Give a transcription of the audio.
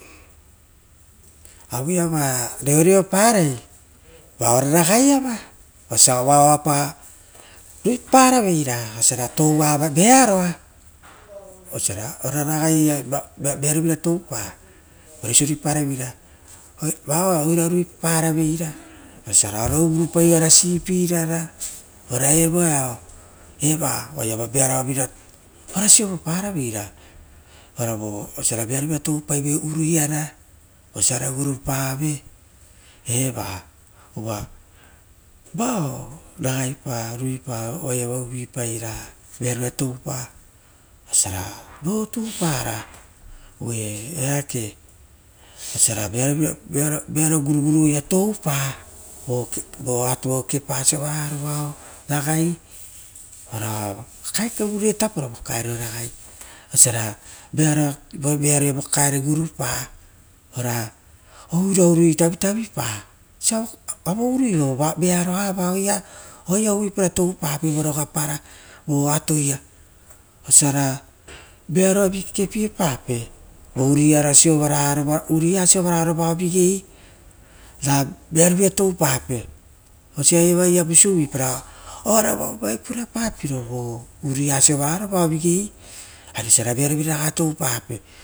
Aueiva va reoreoparai va ora ragai ava, vau oapa nuipaparaveira oisira touvearou, ora vearo pievira toupa, oira nipapara vera oisiora ora uvurupaid ova reipaipara tugoruvasie ora vao oaiava vearovira ora siovo paraveira ora vo osia vearovira toupaive uniara vosia ora gurupave era uva vao nagaipa mipa oaiava muipai ravearo vira toupai vao mipa oisio na rioto vaisiaro kaipiepa, oisiora vearo guniguru evera toupa vo kepa sovararo vao ragai ora kakaraguitapo toupa, vearoare vo kakaero gurupa, ora oira urui tavitavipa oisio aveao vearoa vao. Osia uvuipaira toupapei. Vorogapara voatoia osira vearoavi kekepaepape vo umia sovaraia vao vigei ravearovira tou pape asia evaraia veapasora oaravu avuvai purapapiro o umia sovaraia vao vigei arioisia na vearoviraraga toupape.